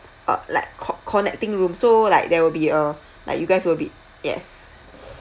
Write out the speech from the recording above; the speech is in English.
uh like co~ connecting room so like there will be uh like you guys will be yes